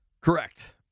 Correct